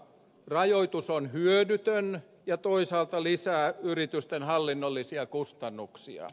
rajoitus on hyödytön ja toisaalta lisää yritysten hallinnollisia kustannuksia